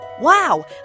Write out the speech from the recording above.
Wow